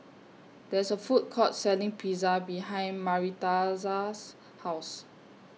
There IS A Food Court Selling Pizza behind Maritza's House